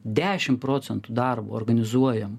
dešim procentų darbo organizuojam